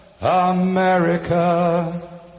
America